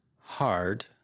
hard